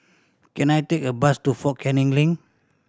can I take a bus to Fort Canning Link